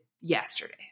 yesterday